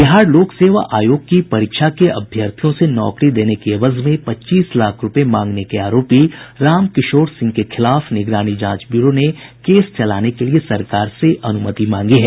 बिहार लोक सेवा आयोग की परीक्षा के अभ्यर्थियों से नौकरी देने के एवज में पच्चीस लाख रूपये मांगने के आरोपी रामकिशोर सिंह के खिलाफ निगरानी जांच ब्यूरो ने केस चलाने के लिए सरकार से अनुमति मांगी है